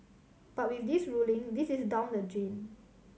but with this ruling this is down the drain